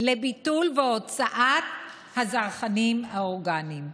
לביטול והוצאת הזרחנים האורגניים.